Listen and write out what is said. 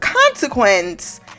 consequence